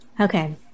Okay